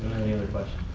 any other questions.